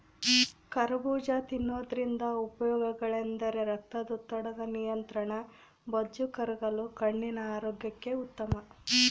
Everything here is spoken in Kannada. ಕರಬೂಜ ತಿನ್ನೋದ್ರಿಂದ ಉಪಯೋಗಗಳೆಂದರೆ ರಕ್ತದೊತ್ತಡದ ನಿಯಂತ್ರಣ, ಬೊಜ್ಜು ಕರಗಲು, ಕಣ್ಣಿನ ಆರೋಗ್ಯಕ್ಕೆ ಉತ್ತಮ